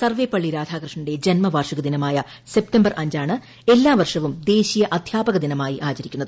സർവ്വേപ്പള്ളി രാധാകൃഷ്ണന്റെ ജന്മവാർഷിക ദിനമായ സെപ്റ്റംബർ അഞ്ച് ആണ് എല്ലാ വർഷവും ദേശീയ അദ്ധ്യാപക ദിനമായി ആചരിക്കുന്നത്